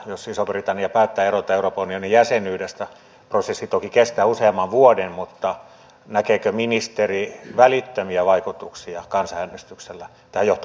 jos iso britannia päättää erota euroopan unionin jäsenyydestä prosessi toki kestää useamman vuoden mutta näkeekö ministeri välittömiä vaikutuksia kansanäänestyksellä tähän johtovaltion rooliin